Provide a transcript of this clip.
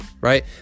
right